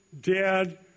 dead